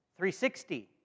360